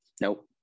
Nope